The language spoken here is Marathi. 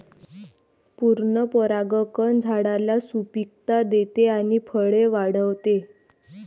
पूर्ण परागकण झाडाला सुपिकता देते आणि फळे वाढवते